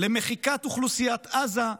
למחיקת אוכלוסיית עזה,